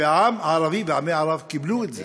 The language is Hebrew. והעם הערבי ועמי ערב קיבלו את זה,